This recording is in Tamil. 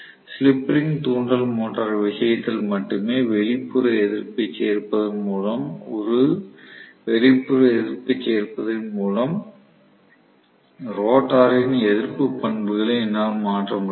ஸ்லிப் ரிங் தூண்டல் மோட்டரின் விஷயத்தில் மட்டுமே வெளிப்புற எதிர்ப்பைச் சேர்ப்பதன் மூலம் ரோட்டரின் எதிர்ப்பு பண்புகளை என்னால் மாற்ற முடியும்